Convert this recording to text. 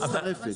למצטרפת.